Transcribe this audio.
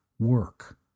Work